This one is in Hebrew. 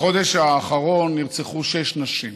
בחודש האחרון נרצחו שש נשים.